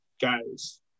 guys